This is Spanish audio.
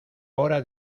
hora